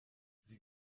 sie